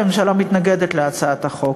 והממשלה מתנגדת להצעת החוק.